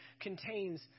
contains